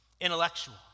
intellectual